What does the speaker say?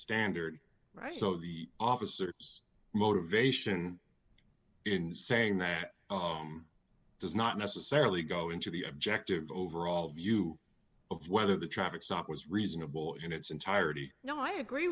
standard rights so the officers motivation in saying that does not necessarily go into the objective overall view of whether the traffic stop was reasonable in its entirety no i agree